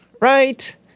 right